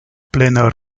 plena